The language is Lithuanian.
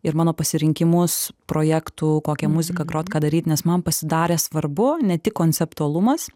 ir mano pasirinkimus projektų kokią muziką groti ką daryt nes man pasidarė svarbu ne tik konceptualumas